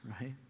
right